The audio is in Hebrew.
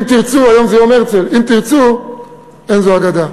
אם תרצו, היום זה יום הרצל, אם תרצו אין זו אגדה.